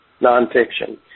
nonfiction